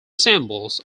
symbols